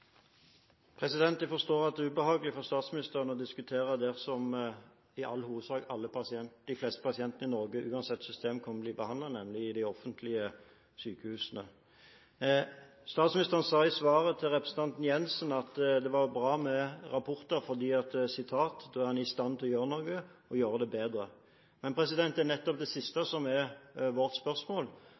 Jeg forstår at det er ubehagelig for statsministeren å diskutere det som de fleste pasientene i Norge – uansett system - kommer til å bli behandlet i, nemlig de offentlige sykehusene. Statsministeren sa i svaret til representanten Jensen at det er bra med rapporter, for «da er vi også i stand til å gjøre noe og sørge for at det blir bedre». Men det er nettopp det siste som er vårt spørsmål,